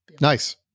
nice